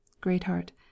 Greatheart